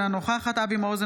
אינה נוכחת אבי מעוז,